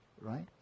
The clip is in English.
right